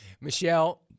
Michelle